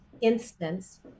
instance